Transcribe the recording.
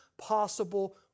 possible